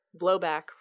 blowback